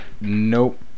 Nope